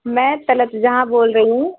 میں طلت جہاں بول رہی ہوں